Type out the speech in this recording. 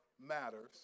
matters